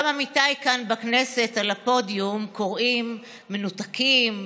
גם עמיתיי כאן בכנסת על הפודיום קוראים: מנותקים,